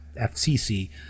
FCC